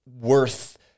worth